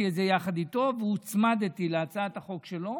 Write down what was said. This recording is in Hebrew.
את זה יחד איתו והוצמדתי להצעת החוק שלו.